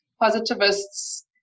positivists